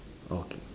okay